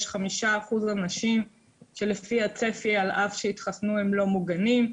יש 5% אנשים שעל פי הצפי שעל אף שהם התחסנו הם לא מוגנים,